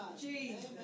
Jesus